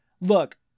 look